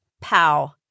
Pow